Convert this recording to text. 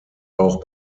auch